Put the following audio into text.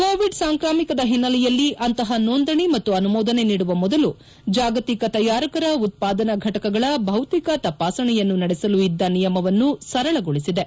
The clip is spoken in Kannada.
ಕೋವಿಡ್ ಸಾಂಕ್ರಾಮಿಕದ ಹಿನ್ನೆಲೆಯಲ್ಲಿ ಅಂತಹ ನೋಂದಣಿ ಮತ್ತು ಅನುಮೋದನೆ ನೀಡುವ ಮೊದಲು ಜಾಗತಿಕ ತಯಾರಕರ ಉತ್ಪಾದನಾ ಫಟಕಗಳ ಭೌತಿಕ ತಪಾಸಣೆಯನ್ನು ನಡೆಸಲು ಇದ್ದ ನಿಯಮವನ್ನು ಸರಳಗೊಳಿಸಿದೆ